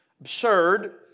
absurd